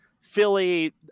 Philly